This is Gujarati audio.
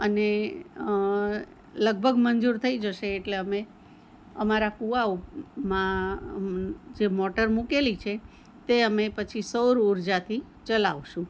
અને લગભગ મંજૂર થઈ જશે એટલે અમે અમારા કૂવાઓમાં જે મોટર મૂકેલી છે તે અમે પછી સૌર ઊર્જાથી ચલાવીશું